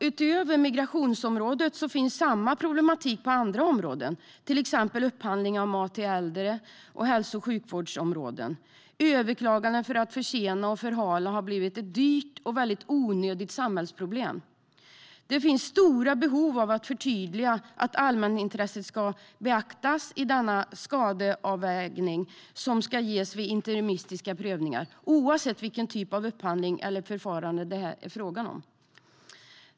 Utöver migrationsområdet finns samma problematik även på andra områden, till exempel när det gäller upphandling av mat till äldre och på hälso och sjukvårdsområdet. Överklaganden för att försena och förhala har blivit ett dyrt och väldigt onödigt samhällsproblem. Det finns stora behov av att förtydliga att allmänintresset ska beaktas i den skadeavva ̈gning som ska ske vid interimistiska prövningar, oavsett vilken typ av upphandling eller förfarande det är fråga om.